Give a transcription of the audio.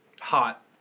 Hot